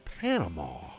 Panama